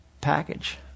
package